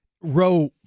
row